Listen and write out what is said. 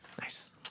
nice